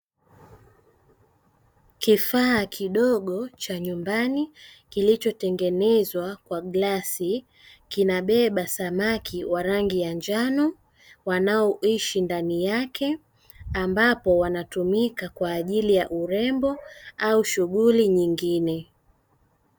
Kifaa kidogo cha nyumbani kilichotengenezwa kwa glasi, kinabeba samaki wa rangi ya njano, wanaoishi ndani yake ambao wanatumika kwa ajili ya urembo au shughuli nyingine.